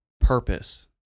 Purpose